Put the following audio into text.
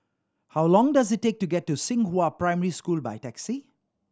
how long does it take to get to Xinghua Primary School by taxi